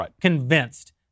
convinced